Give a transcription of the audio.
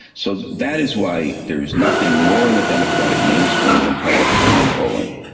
so that is why there is nothing more in the democratic mainstream than public opinion polling.